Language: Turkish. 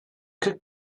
kırk